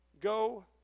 Go